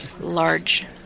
large